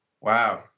Wow